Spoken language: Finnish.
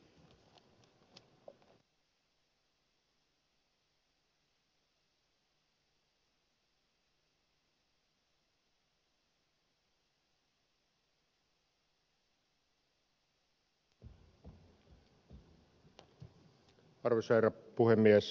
arvoisa herra puhemies